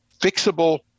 fixable